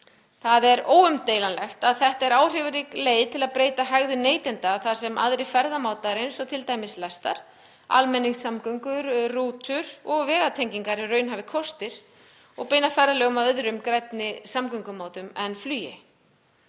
Það er óumdeilanlegt að þetta er áhrifarík leið til að breyta hegðun neytenda þar sem aðrir ferðamátar, eins og t.d. lestar, almenningssamgöngur, rútur og vegatengingar eru raunhæfir kostir og beina ferðalögum að öðrum grænni samgöngumátum en flugi.